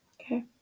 Okay